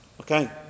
okay